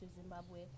Zimbabwe